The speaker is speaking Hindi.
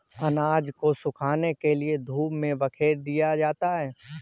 अनाज को सुखाने के लिए धूप में बिखेर दिया जाता है